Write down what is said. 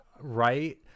right